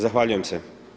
Zahvaljujem se.